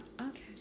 Okay